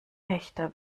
echter